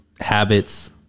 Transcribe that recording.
habits